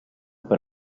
per